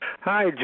Hi